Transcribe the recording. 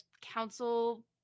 council